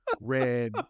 red